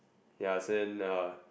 ya as in a